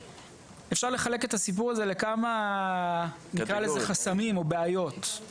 אפשר לחלק את הסיפור הזה לכמה נקרא לזה חסמים או בעיות,